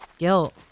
guilt